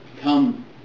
Come